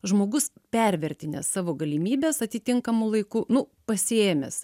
žmogus pervertinęs savo galimybes atitinkamu laiku nu pasiėmęs